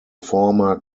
former